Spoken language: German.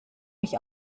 mich